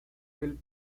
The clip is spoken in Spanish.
del